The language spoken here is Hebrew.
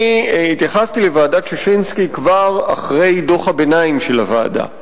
אני התייחסתי לוועדת-ששינסקי כבר אחרי דוח הביניים של הוועדה.